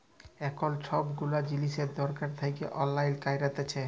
এখল ছব গুলা জিলিস ছরকার থ্যাইকে অললাইল ক্যইরেছে